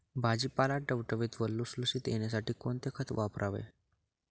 भाजीपाला टवटवीत व लुसलुशीत येण्यासाठी कोणते खत वापरावे?